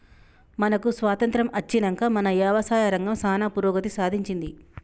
మనకు స్వాతంత్య్రం అచ్చినంక మన యవసాయ రంగం సానా పురోగతి సాధించింది